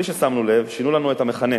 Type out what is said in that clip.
בלי ששמנו לב, שינו לנו את המכנה.